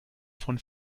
von